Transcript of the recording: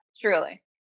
Truly